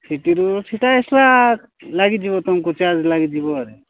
ସେଟିରୁ ସେଟା ଏକ୍ସଟ୍ରା ଲାଗିଯିବ ତୁମକୁ ଚାର୍ଜ ଲାଗିଯିବ ଆରେ